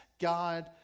God